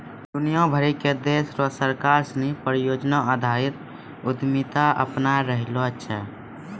दुनिया भरी के देश र सरकार सिनी परियोजना आधारित उद्यमिता अपनाय रहलो छै